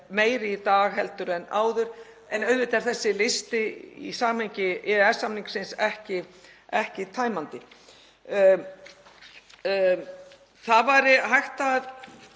meiri í dag en áður. En auðvitað er þessi listi í samhengi EES-samningsins ekki tæmandi. Það væri hægt að